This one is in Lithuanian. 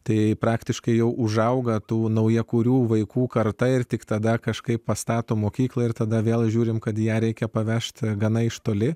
tai praktiškai jau užauga tų naujakurių vaikų karta ir tik tada kažkaip pastato mokyklą ir tada vėl žiūrim kad ją reikia pavežti gana iš toli